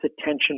attention